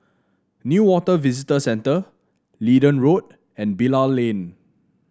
Newater Visitor Centre Leedon Road and Bilal Lane